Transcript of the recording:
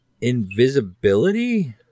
invisibility